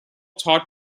taught